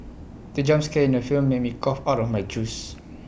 the jump scare in the film made me cough out my juice